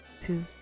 two